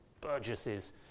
burgesses